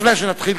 לפני שנתחיל,